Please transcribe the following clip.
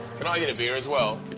can i get a beer as well?